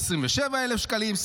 27,000 שקלים.